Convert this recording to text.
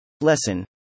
Lesson